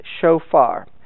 Shofar